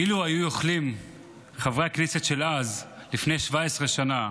אילו היו יכולים חברי הכנסת של אז, לפני 17 שנה,